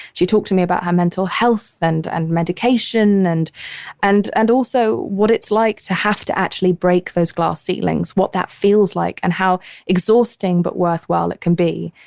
she talk to me about her mental health and and medication and and and also what it's like to have to actually break those glass ceilings, what that feels like and how exhausting but worthwhile it can be.